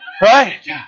right